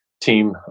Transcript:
team